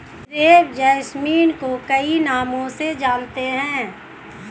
crepe jasmine को कई नामों से जानते हैं